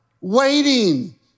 waiting